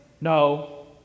no